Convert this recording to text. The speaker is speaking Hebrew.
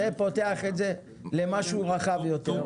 זה פותח את זה למשהו רכב יותר.